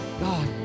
God